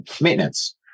maintenance